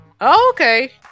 okay